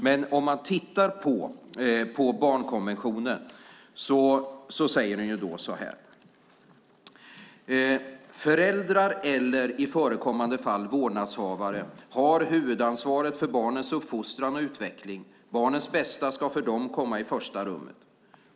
Men barnkonventionen säger: Föräldrar eller i förekommande fall vårdnadshavare har huvudansvaret för barnens uppfostran och utveckling. Barnens bästa ska för dem komma i första rummet.